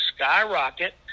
skyrocket